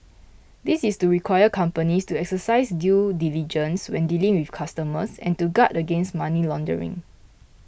this is to require companies to exercise due diligence when dealing with customers and to guard against money laundering